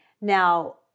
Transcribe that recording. Now